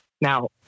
Now